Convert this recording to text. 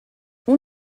اون